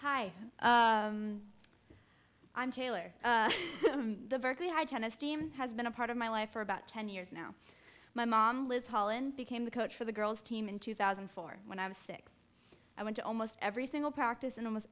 hi i'm taylor the vertically high tennis team has been a part of my life for about ten years now my mom liz holland became the coach for the girls team in two thousand and four when i was six i went to almost every single practice and almost